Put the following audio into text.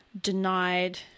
denied